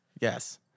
yes